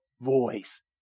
voice